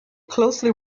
closely